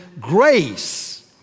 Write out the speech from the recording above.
grace